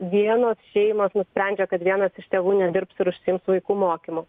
vienos šeimos nusprendžia kad vienas iš tėvų nedirbs ir užsiims vaikų mokymu